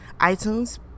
itunes